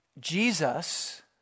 Jesus